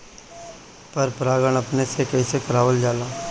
पर परागण अपने से कइसे करावल जाला?